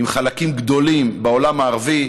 עם חלקים גדולים בעולם הערבי,